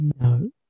No